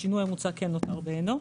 השינוי המוצע נותר בעינו.